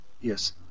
Yes